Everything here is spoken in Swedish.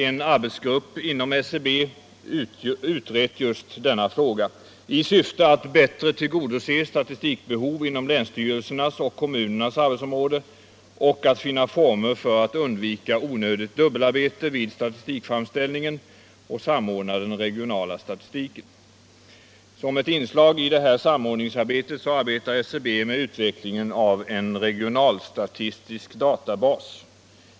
En arbetsgrupp inom SCB har utrett just denna fråga i syfte att bättre tillgodose statistikbehov inom länsstyrelsernas och kommunernas arbetsområde och att finna former för att undvika onödigt dubbelarbete vid statistikframställningen och samordna den regionala statistiken. Som ett inslag i den samordningen arbetar SCB med utvecklingen av en regionalstatistisk databas.